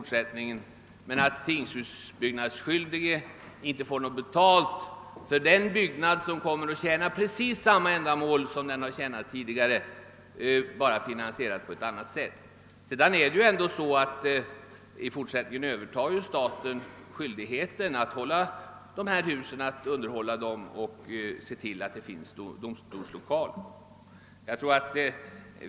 Inte heller kan det ha så stor betydelse om tingshusbyggnadsskyldige inte får någon ersättning för den byggnad som kommer att tjäna precis samma ändamål som den tidigare tjänat men finansierad på ett annat sätt. Staten övertar ju också skyldigheten att underhålla tingshusen och att se till att det där finns domstolslokaler.